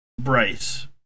Bryce